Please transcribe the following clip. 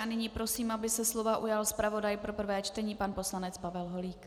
A nyní prosím, aby se slova ujal zpravodaj pro prvé čtení pan poslanec Pavel Holík.